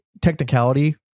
technicality